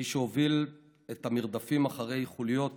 מי שהוביל את המרדפים אחרי חוליות